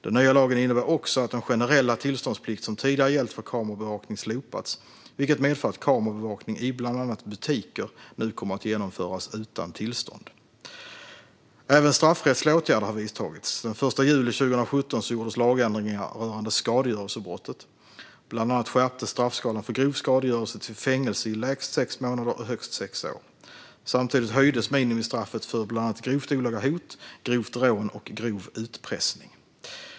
Den nya lagen innebär också att den generella tillståndsplikt som tidigare gällt för kamerabevakning har slopats, vilket medför att kamerabevakning i bland annat butiker nu kommer att kunna genomföras utan tillstånd. Även straffrättsliga åtgärder har vidtagits. Den 1 juli 2017 gjordes lagändringar rörande skadegörelsebrottet. Bland annat skärptes straffskalan för grov skadegörelse till fängelse i lägst sex månader och högst sex år. Samtidigt höjdes minimistraffet för bland annat grovt olaga hot, grovt rån och grov utpressning.